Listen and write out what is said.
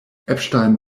epstein